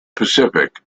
pacific